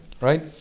right